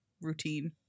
routine